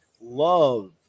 Love